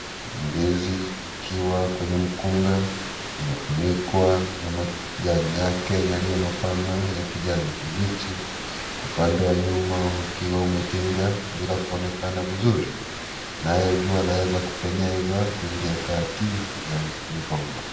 Ndizi zikiwa kwenye mkunga imefunikwa na majani yake yaliyopana ya kijani kibichi upande wa nyuma ukiwa umetenga bila kuonekana vizuri naye jua laweza kupenyeza kuingia kati ya migomba.